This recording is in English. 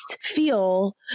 feel